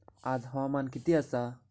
आज हवामान किती आसा?